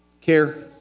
care